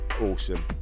awesome